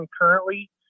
currently